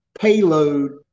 payload